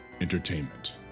Entertainment